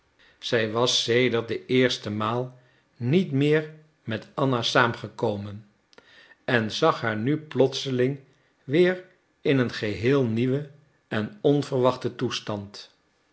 zij was sedert de eerste maal niet meer met anna saamgekomen en zag haar nu plotseling weer in een geheel nieuwen en onverwachten toestand